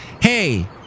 Hey